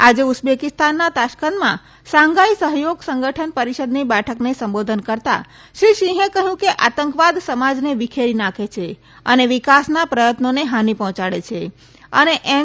આજે ઉઝબેકીસ્તાનના તાશ્કંતમાં શાંઘાઇ સહયોગ સંગઠન પરિષદની બેઠકને સંબોધન કરતા શ્રી સિંહે કહ્યું કે આતંકવાદ સમાજને વિખેરી નાંખે છે અને વિકાસના પ્રયત્નોને હાનિ પહોંચાડે છે અને એસ